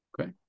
Okay